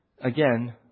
again